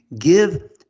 give